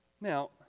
now